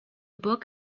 book